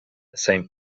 saint